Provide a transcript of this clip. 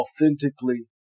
authentically